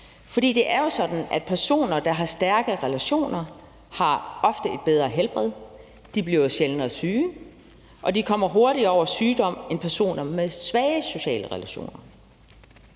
også. Det er jo sådan, at personer, der har stærke relationer, ofte har et bedre helbred, de bliver sjældnere syge, og de kommer hurtigere over sygdom end personer med svage sociale relationer.